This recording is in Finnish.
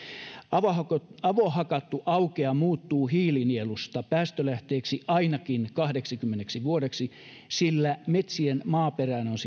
avohakattu avohakattu aukea muuttuu hiilinielusta päästölähteeksi ainakin kahdeksikymmeneksi vuodeksi sillä metsien maaperään on